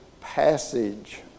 passage